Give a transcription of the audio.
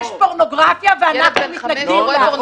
יש פורנוגרפיה ואנחנו מתנגדים לה,